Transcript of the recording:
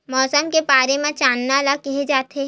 मौसम के बारे म जानना ल का कहे जाथे?